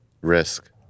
risk